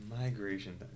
Migration